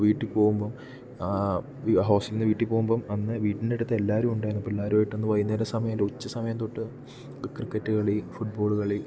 വീട്ടിൽ പോവുമ്പം ഹോസ്റ്റലിൽ നിന്ന് വീട്ടിൽ പോവുമ്പം അന്ന് വീട്ടിൻ്റെ അടുത്ത് എല്ലാവരും ഉണ്ടായിരുന്നു പിള്ളാരുമായിട്ടൊന്ന് വൈകുന്നേര സമയം അല്ല ഉച്ച സമയം തൊട്ട് ക്രിക്കറ്റ് കളി ഫുട്ബോള് കളി